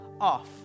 off